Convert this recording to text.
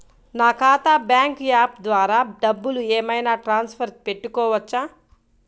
నా ఖాతా bank app ద్వారా డబ్బులు ఏమైనా ట్రాన్స్ఫర్ పెట్టుకోవచ్చా?